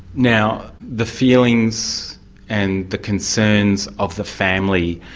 now the feelings and the concerns of the family,